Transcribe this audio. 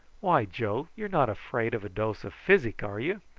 why, joe, you're not afraid of a dose of physic, are you?